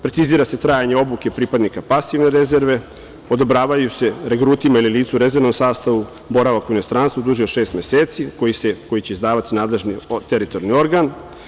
Precizira se trajanje obuke pripadnika pasivne rezerve, odobravaju se regrutima ili licima u rezervnom sastavu boravak u inostranstvu duži od šest meseci koji će izdavati nadležni teritorijalni organ.